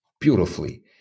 beautifully